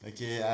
Okay